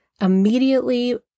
Immediately